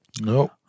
No